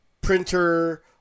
printer